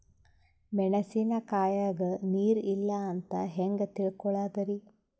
ಮೆಣಸಿನಕಾಯಗ ನೀರ್ ಇಲ್ಲ ಅಂತ ಹೆಂಗ್ ತಿಳಕೋಳದರಿ?